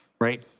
right